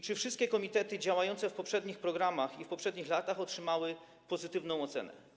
Czy wszystkie komitety działające w poprzednich programach i w poprzednich latach otrzymały pozytywną ocenę?